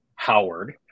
Howard